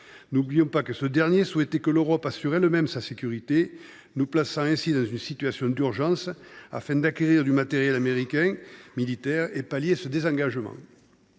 N’oublions pas que ce dernier a souhaité que l’Europe assure elle même sa sécurité, nous plaçant ainsi dans une situation d’urgence, afin d’acquérir du matériel militaire américain pour pallier ce désengagement.